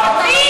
מי?